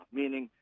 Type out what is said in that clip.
meaning